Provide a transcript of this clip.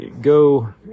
go